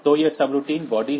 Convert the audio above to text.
तो यह subroutine body है